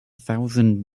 thousand